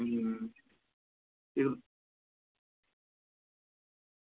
अं